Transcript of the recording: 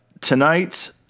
Tonight